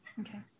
Okay